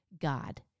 God